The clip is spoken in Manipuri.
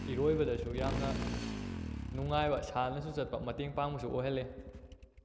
ꯏꯔꯣꯏꯕꯗꯁꯨ ꯌꯥꯝꯅ ꯅꯨꯡꯉꯥꯏꯕ ꯁꯥꯟꯅꯁꯨ ꯆꯠꯄ ꯃꯇꯦꯡ ꯄꯥꯡꯕꯁꯨ ꯑꯣꯏꯍꯜꯂꯦ